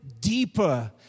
deeper